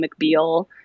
McBeal